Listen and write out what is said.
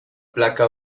placa